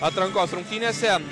atrankos rungtynėse